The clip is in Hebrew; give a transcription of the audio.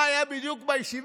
פרסם מה היה בדיוק בישיבה.